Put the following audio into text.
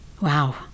Wow